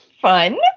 fun